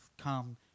come